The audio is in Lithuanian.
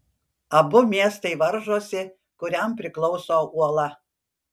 abu miestai varžosi kuriam priklauso uola